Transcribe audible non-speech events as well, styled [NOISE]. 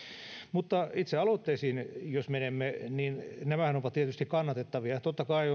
mutta itse aloitteisiin jos menemme niin nämähän ovat tietysti kannatettavia totta kai [UNINTELLIGIBLE]